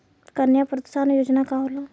कन्या प्रोत्साहन योजना का होला?